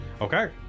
Okay